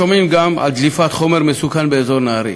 שומעים גם על דליפת חומר מסוכן באזור נהריה.